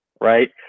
right